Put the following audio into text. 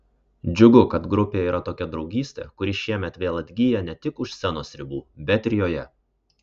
džiugu kad grupėje yra tokia draugystė kuri šiemet vėl atgyja ne tik už scenos ribų bet ir joje